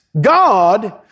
God